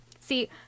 See